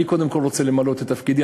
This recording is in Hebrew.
אני קודם כול רוצה למלא את תפקידי.